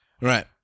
Right